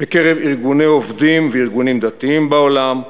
בקרב ארגוני עובדים וארגונים דתיים בעולם,